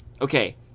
Okay